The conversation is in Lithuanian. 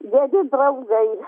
geri draugai